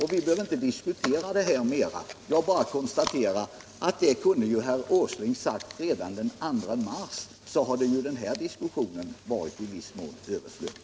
Vi behöver inte diskutera detta mer; jag bara konstaterar att det kunde herr Åsling ha sagt redan den 2 mars, så hade den här diskussionen i viss mån varit överflödig.